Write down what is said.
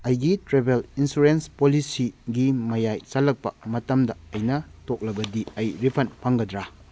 ꯑꯩꯒꯤ travel insurance ꯄꯣꯂꯤꯁꯤꯒꯤ ꯃꯌꯥꯏ ꯆꯜꯂꯛꯄ ꯃꯇꯝꯗ ꯑꯩꯅ ꯇꯣꯛꯂꯕꯗꯤ ꯑꯩ ꯔꯤꯐꯟ ꯐꯪꯒꯗ꯭ꯔꯥ